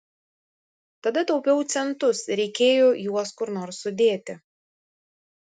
tada taupiau centus reikėjo juos kur nors sudėti